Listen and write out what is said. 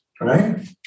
right